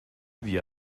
wie